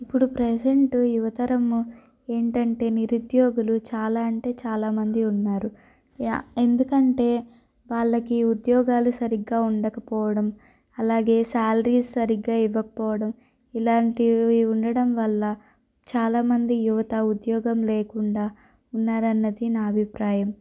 ఇప్పుడు ప్రజెంట్ యువతరం ఏంటంటే నిరుద్యోగులు చాలా అంటే చాలా మంది ఉన్నారు ఎందుకంటే వాళ్ళకి ఉద్యోగాలు సరిగ్గా ఉండకపోవడం అలాగే సాలరీస్ సరిగ్గా ఇవ్వకపోవడం ఇలాంటివి ఉండడం వల్ల చాలా మంది యువత ఉద్యోగం లేకుండా ఉన్నారు అన్నది నా అభిప్రాయం